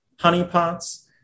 honeypots